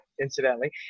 incidentally